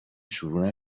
شروع